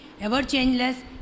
ever-changeless